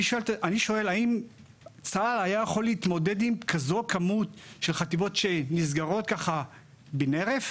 האם צה"ל היה יכול להתמודד עם כזאת כמות של חטיבות שנסגרות בן הרף?